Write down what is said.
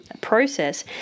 process